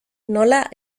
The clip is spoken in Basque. nola